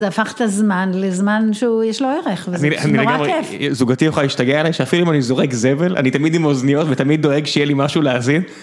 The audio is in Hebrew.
זה הפך את הזמן לזמן שהוא יש לו ערך וזה נורא כיף. אני לגמרי, זוגתי יכולה להשתגע עליי שאפילו אם אני זורק זבל, אני תמיד עם אוזניות ותמיד דואג שיהיה לי משהו להאזין.